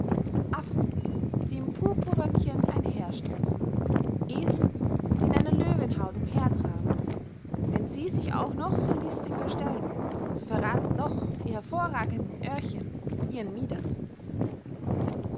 affen die im purpurröckchen einher strotzen esel die in einer löwenhaut umher traben wenn sie sich auch noch so listig verstellen so verrathen doch die hervorragenden oerchen ihren midas